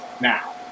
now